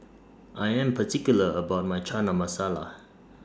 I Am particular about My Chana Masala